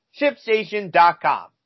shipstation.com